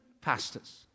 pastors